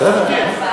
בסדר.